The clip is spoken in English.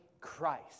Christ